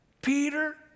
Peter